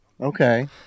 okay